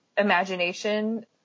imagination